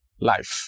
life